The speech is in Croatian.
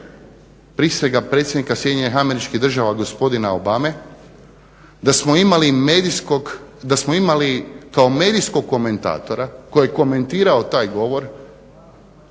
prisega predsjednika SAD-a gospodina Obame, da smo imali kao medijskog komentara koji je komentirao taj govor